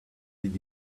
did